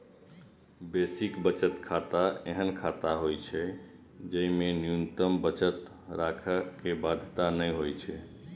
basic बचत खाता एहन खाता होइ छै, जेमे न्यूनतम बचत राखै के बाध्यता नै होइ छै